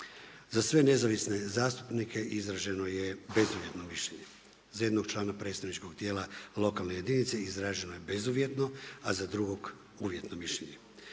Za sve nezavisne zastupnike izraženo je bezuvjetno mišljenje. Za jednog člana predstavničkog tijela lokalne jedinice izraženo je bezuvjetno, a za drugog uvjetno mišljenje.